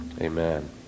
Amen